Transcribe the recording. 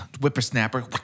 Whippersnapper